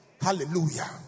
Hallelujah